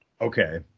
Okay